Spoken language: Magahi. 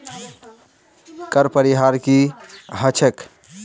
कर परिहार की ह छेक